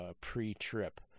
pre-trip